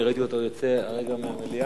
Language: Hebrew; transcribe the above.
אני ראיתי אותו יוצא הרגע מהמליאה.